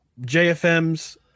JFM's